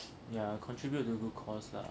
yeah contribute to good course lah